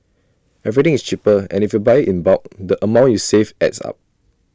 everything is cheaper and if you buy in bulk the amount you save adds up